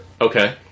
Okay